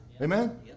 Amen